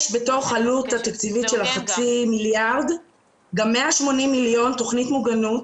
יש בתוך העלות התקציבית של החצי מיליארד גם 180 מיליון תכנית מוגנות.